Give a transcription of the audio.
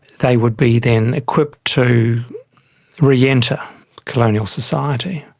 they would be then equipped to re-enter colonial society.